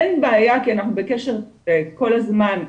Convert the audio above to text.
אין בעיה כי אנחנו בקשר כל הזמן,